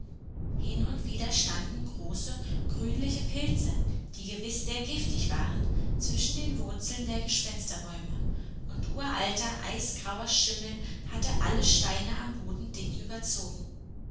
hin und wieder standen große grünliche pilze die gewiß sehr giftig waren zwischen den wurzeln der gespensterbäume und uralter eisgrauer schimmel hatte alle steine am boden dick überzogen